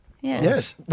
Yes